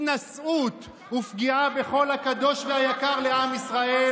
התנשאות ופגיעה בכל הקדוש והיקר לעם ישראל,